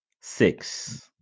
six